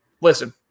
listen